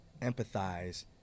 empathize